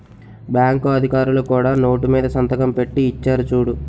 bank అధికారులు కూడా note మీద సంతకం పెట్టి ఇచ్చేరు చూడు